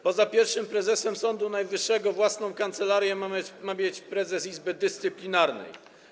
Poza pierwszym prezesem Sądu Najwyższego własną kancelarię ma mieć prezes Izby Dyscyplinarnej.